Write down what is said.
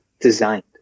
designed